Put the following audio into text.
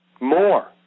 more